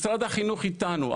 משרד החינוך איתנו.